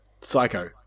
Psycho